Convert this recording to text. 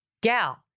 gal